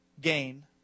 gain